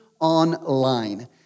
online